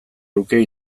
luke